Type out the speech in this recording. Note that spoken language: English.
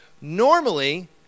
Normally